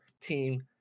team